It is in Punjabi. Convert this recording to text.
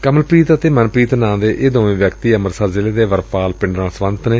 ਕਮਲਪ੍ਰੀਤ ਅਤੇ ਮਨਪ੍ਰੀਤ ਨਾਂ ਦੇ ਇਹ ਦੋਵੇ ਵਿਅਕਤੀ ਅੰਮਿਤਸਰ ਜ਼ਿਲੇ ਦੇ ਵਰਪਾਲ ਪਿੰਡ ਨਾਲ ਸਬੰਧਤ ਨੇ